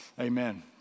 Amen